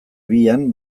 bian